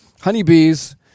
Honeybees